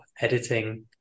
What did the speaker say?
editing